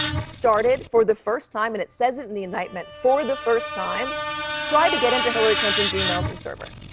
started for the first time and it says it in the indictment for the first time tried to get into hillary clinton's e-mails and server.